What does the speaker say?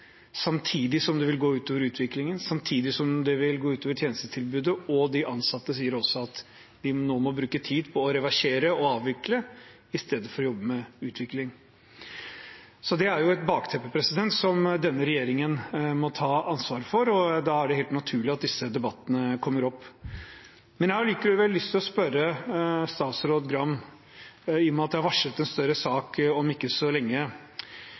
samtidig som det vil gå ut over utviklingen, samtidig som det vil gå ut over tjenestetilbudet. De ansatte sier også at de nå må bruke tid på å reversere og avvikle i stedet for på å jobbe med utvikling. Det er et bakteppe som denne regjeringen må ta ansvar for, og da er det helt naturlig at disse debattene kommer opp. Jeg har likevel lyst til å spørre statsråd Gram, i og med at det er varslet en større sak om ikke så lenge: